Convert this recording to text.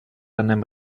einem